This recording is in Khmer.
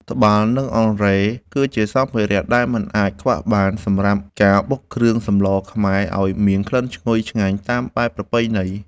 ត្បាល់ និងអង្រែ គឺជាសម្ភារៈដែលមិនអាចខ្វះបានសម្រាប់ការបុកគ្រឿងសម្លខ្មែរឱ្យមានក្លិនឈ្ងុយឆ្ងាញ់តាមបែបប្រពៃណី។